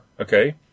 okay